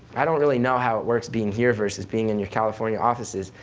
i don't really know how it works being here versus being in your california offices,